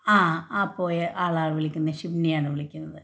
ആ ആ പോയ ആളാണ് വിളിക്കുന്നത് ശിബ്നി ആണ് വിളിക്കുന്നത്